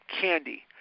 candy